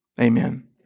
Amen